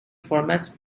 formats